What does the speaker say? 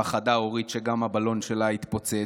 פחדה אורית שגם הבלון שלה יתפוצץ.